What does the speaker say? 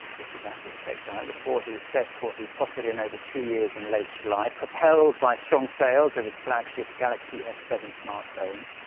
this was after the tech giant reported its best quarterly profit in over two years in late july, propelled by strong sales of its flagship galaxy s seven smartphones.